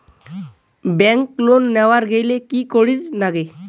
Bank loan নেওয়ার গেইলে কি করীর নাগে?